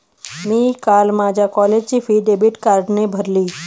मी काल माझ्या कॉलेजची फी डेबिट कार्डने भरली